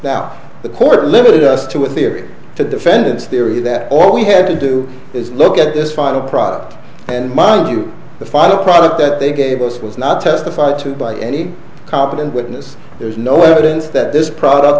now the court limited us to a theory to defendants theory that all we have to do is look at this final product and mind you the final product that they gave us was not testified to by any competent witness there's no evidence that this product